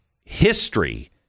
history